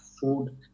food